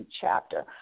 chapter